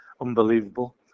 unbelievable